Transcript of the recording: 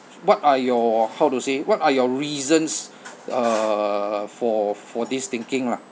what are your how to say what are your reasons uh for for this thinking lah